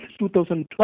2012